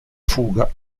fuga